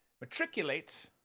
matriculate